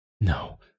No